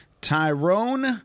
Tyrone